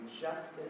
justice